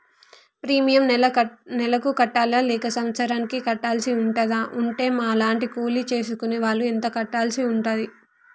Premium నెల నెలకు కట్టాలా లేక సంవత్సరానికి కట్టాల్సి ఉంటదా? ఉంటే మా లాంటి కూలి చేసుకునే వాళ్లు ఎంత కట్టాల్సి ఉంటది?